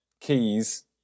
keys